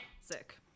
sick